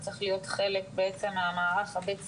זה צריך להיות חלק מהמערך הבית הספרי,